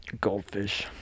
goldfish